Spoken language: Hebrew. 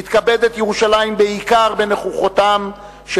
מתכבדת ירושלים בעיקר בנוכחותם של